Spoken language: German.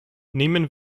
nehmen